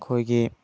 ꯑꯩꯈꯣꯏꯒꯤ